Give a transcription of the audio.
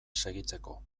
segitzeko